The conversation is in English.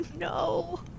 no